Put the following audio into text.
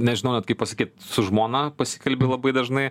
nežinau net kaip pasakyt su žmona pasikalbi labai dažnai